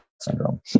syndrome